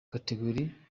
categorie